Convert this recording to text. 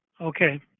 Okay